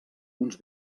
uns